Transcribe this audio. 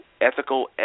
ethical